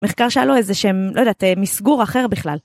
מחקר שהיה לו איזה שם, לא יודעת, מסגור אחר בכלל.